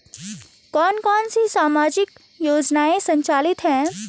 कौन कौनसी सामाजिक योजनाएँ संचालित है?